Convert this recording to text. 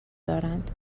دارند